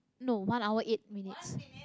no one hour eight minutes